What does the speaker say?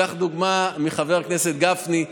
קח דוגמה מחבר הכנסת גפני,